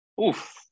Oof